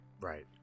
Right